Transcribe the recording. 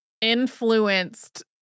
influenced